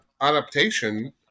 adaptation